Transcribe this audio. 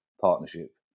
partnership